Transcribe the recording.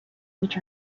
which